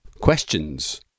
Questions